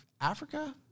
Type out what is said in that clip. Africa